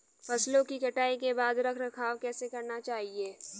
फसलों की कटाई के बाद रख रखाव कैसे करना चाहिये?